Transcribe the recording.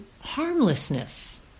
harmlessness